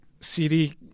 CD